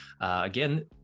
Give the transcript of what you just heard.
Again